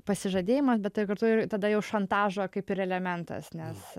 pasižadėjimas bet tai kartu ir tada jau šantažo kaip ir elementas nes